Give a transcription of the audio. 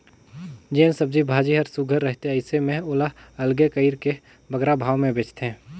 जेन सब्जी भाजी हर सुग्घर रहथे अइसे में ओला अलगे कइर के बगरा भाव में बेंचथें